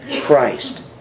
Christ